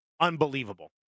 Unbelievable